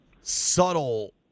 subtle